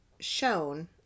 shown